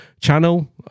channel